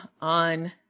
on